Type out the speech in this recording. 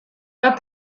pas